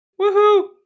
Woohoo